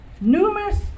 numerous